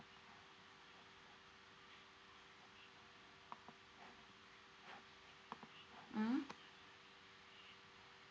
mm